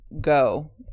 go